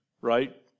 right